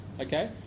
okay